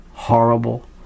horrible